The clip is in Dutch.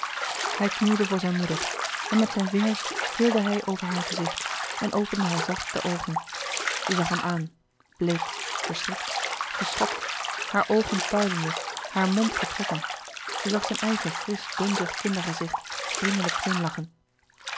hij knielde voor zijn moeder en met zijne vingers streelde hij over haar gezicht en opende haar zacht de oogen zij zag hem aan bleek verschrikt geschokt hare oogen puilende haar mond getrokken zij zag zijn eigen frisch donzig kindergezicht vriendelijk glimlachen